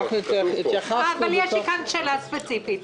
אבל יש לי שאלה ספציפית.